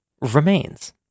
remains